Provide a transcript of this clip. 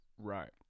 Right